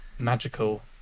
Magical